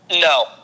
No